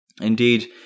Indeed